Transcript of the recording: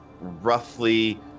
roughly